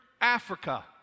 Africa